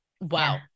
wow